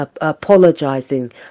apologising